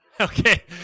Okay